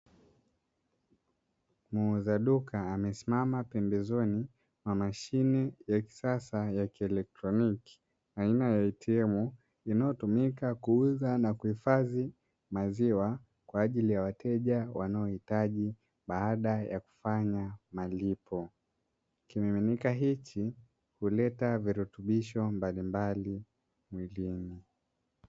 Muuza duka amesimama pembezoni mwa mashine ya kisasa ya kielektroniki aina ya "ATM", inayotumika kuuza na kihifadhi maziwa baada ya kufanya malipo ,kimiminika hiki huleta virutubisho mbalimbali mwilini.